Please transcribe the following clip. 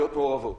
להיות מעורבות.